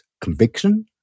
conviction